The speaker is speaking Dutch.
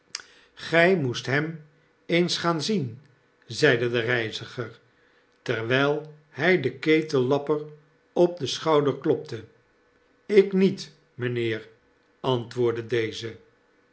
gry moest hem eens gaan zien zeide de reiziger terwyl hy den ketellapper op den schouder klopte ik niet mynheer antwoordde deze